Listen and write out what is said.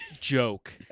joke